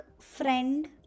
friend